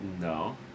no